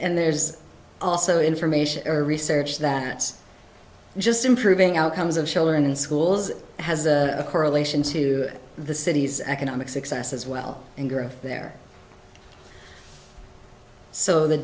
and there's also information or research that just improving outcomes of children in schools has a correlation to the city's economic success as well and growth there so the